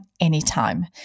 anytime